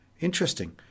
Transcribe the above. Interesting